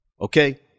Okay